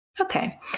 Okay